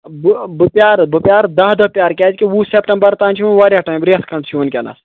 بہٕ بہٕ پیارٕ بہٕ پیارٕ دَہ دۄہ پیارٕ کیازِ کہِ وُہ سٮ۪پٹمبَر تانۍ چھُ وٕنہِ واریاہ ٹایِم رٮ۪تھ کَنڈ چھُ وٕںکٮ۪نَس